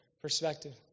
perspective